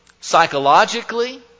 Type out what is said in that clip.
psychologically